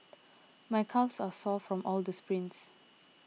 my calves are sore from all the sprints